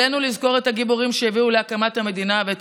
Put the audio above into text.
עלינו לזכור את הגיבורים שהביאו להקמת המדינה ואת